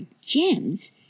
gems